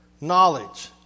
knowledge